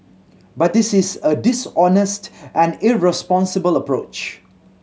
but this is a dishonest and irresponsible approach